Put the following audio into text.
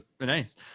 nice